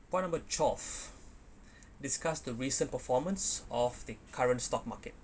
point number twelve discuss the recent performance of the current stock market